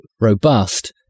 robust